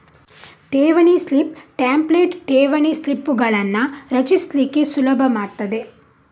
ಠೇವಣಿ slip template ಠೇವಣಿ ಸ್ಲಿಪ್ಪುಗಳನ್ನ ರಚಿಸ್ಲಿಕ್ಕೆ ಸುಲಭ ಮಾಡ್ತದೆ